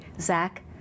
Zach